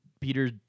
Peter